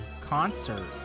concert